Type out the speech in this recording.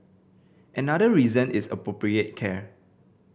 another reason is appropriate care